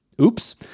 Oops